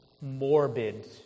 morbid